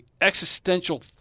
existential